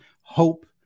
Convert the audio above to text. hope